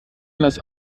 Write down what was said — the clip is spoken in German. anders